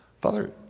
Father